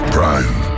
Prime